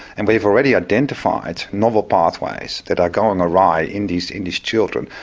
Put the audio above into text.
and we've already identified neural pathways that are going awry in these in these children,